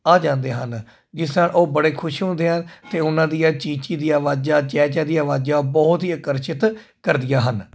ਆ ਜਾਂਦੇ ਹਨ ਜਿਸ ਨਾਲ ਉਹ ਬੜੇ ਖੁਸ਼ ਹੁੰਦੇ ਹਨ ਅਤੇ ਉਹਨਾਂ ਦੀਆਂ ਚੀਂ ਚੀਂ ਦੀ ਆਵਾਜ਼ਾਂ ਚੈਂ ਚੈਂ ਦੀਆਂ ਆਵਾਜ਼ਾਂ ਬਹੁਤ ਹੀ ਅਕਰਸ਼ਿਤ ਕਰਦੀਆਂ ਹਨ